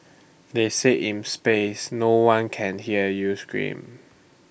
they say in space no one can hear you scream